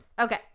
Okay